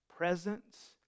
Presence